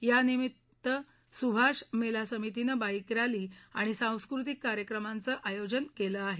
यानिमित्त सुभाष मेला समितीनं बाईक रॅली आणि सांस्कृतिक कार्यक्रमांचं आयोजन केलं आहे